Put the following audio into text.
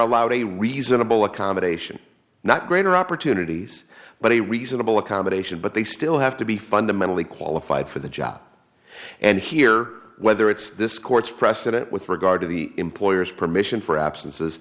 allowed a reasonable accommodation not greater opportunities but a reasonable accommodation but they still have to be fundamentally qualified for the job and here whether it's this court's precedent with regard to the employer's permission for absences